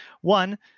One